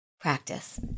practice